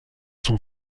son